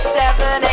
seven